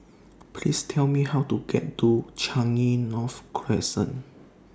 Please Tell Me How to get to Changi North Crescent